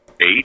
eight